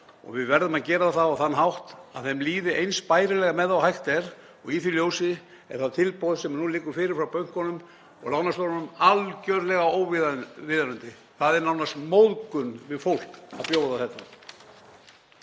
Við verðum að gera það á þann hátt að þeim líði eins bærilega með það og hægt er. Í því ljósi er það tilboð sem nú liggur fyrir frá bönkunum og lánastofnunum algerlega óviðunandi. Það er nánast móðgun við fólk að bjóða þetta.